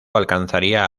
alcanzaría